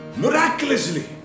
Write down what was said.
miraculously